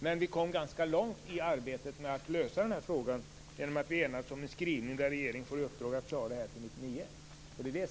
Men vi kom ganska långt i arbetet med att lösa frågan, genom att vi enades om en skrivning där regeringen får i uppdrag att klara det här till 1999.